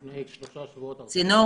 לפני שלושה שבועות הרסו --- צינור